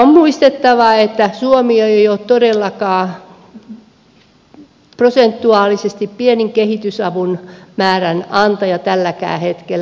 on muistettava että suomi ei ole todellakaan prosentuaalisesti pienimmän kehitysavun määrän antaja tälläkään hetkellä